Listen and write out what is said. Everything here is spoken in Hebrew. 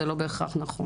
זה לא בהכרח נכון.